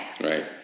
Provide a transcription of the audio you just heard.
Right